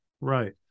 Right